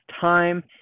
time